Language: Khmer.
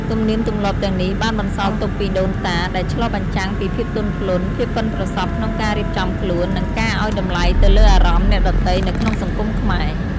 ទំនៀមទម្លាប់ទាំងនេះបានបន្សល់ទុកពីដូនតា ដែលឆ្លុះបញ្ចាំងពីភាពទន់ភ្លន់ ភាពប៉ិនប្រសប់ក្នុងការរៀបចំខ្លួន និងការឲ្យតម្លៃទៅលើអារម្មណ៍អ្នកដទៃនៅក្នុងសង្គមខ្មែរ។